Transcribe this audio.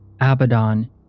Abaddon